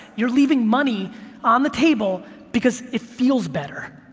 you're leaving money on the table because it feels better.